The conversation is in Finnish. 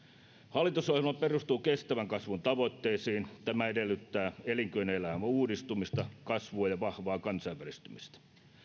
hallitusohjelma perustuu kestävän kasvun tavoitteisiin tämä edellyttää elinkeinoelämän uudistumista kasvua ja vahvaa kansainvälistymistä